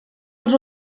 els